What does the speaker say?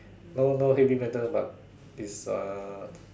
no no heavy metal but is uh